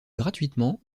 gratuitement